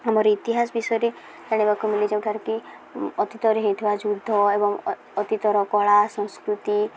ଆମର ଇତିହାସ ବିଷୟରେ ଜାଣିବାକୁ ମିଳେ ଯେଉଁଠାରେ କି ଅତୀତରେ ହେଇଥିବା ଯୁଦ୍ଧ ଏବଂ ଅତୀତର କଳା ସଂସ୍କୃତି